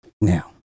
now